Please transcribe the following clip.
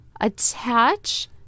Attach